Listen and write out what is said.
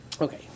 Okay